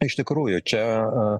iš tikrųjų čia